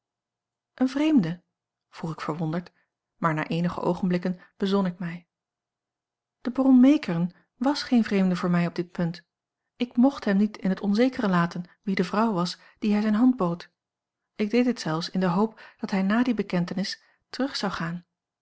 een vreemde vroeg ik verwonderd maar na eenige oogenblikken bezon ik mij de baron meekern wàs geen vreemde voor mij op dit punt ik mocht hem niet in het onzekere laten wie de vrouw was die hij zijne hand bood ik deed het zelfs in de hoop dat hij na die bekentens terug zou gaan